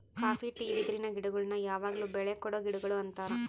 copy tea ಬಿದಿರಿನ ಗಿಡಗುಳ್ನ ಯಾವಗ್ಲು ಬೆಳೆ ಕೊಡೊ ಗಿಡಗುಳು ಅಂತಾರ